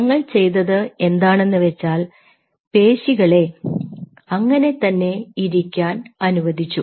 ഞങ്ങൾ ചെയ്തത് എന്താണെന്ന് വെച്ചാൽ പേശികളെ അങ്ങനെതന്നെ ഇരിക്കാൻ അനുവദിച്ചു